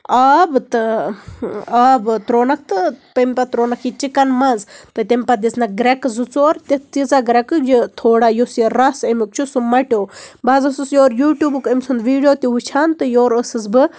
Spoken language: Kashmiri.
آب تہٕ آب تروونَکھ تہٕ تمہِ پَتہٕ تروونَکھ یہِ چِکَن منٛز تہٕ تَمہِ پَتہٕ دِژنَکھ گرٮ۪کہٕ زٕ ژور تہٕ تِیٖژاہ گرٮ۪کہٕ یہِ تھوڑا یُس یہِ رَس اَمیُک چھُ سُہ موٹیوو بہٕ حظ ٲسٕس یورٕ یوٗٹوٗبُک أمۍ سُند یہِ ویٖڈیو تہِ وٕچھان تہٕ یورٕ ٲسٕس بہٕ